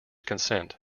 consent